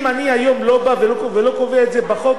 אם היום אני לא קובע את זה בחוק,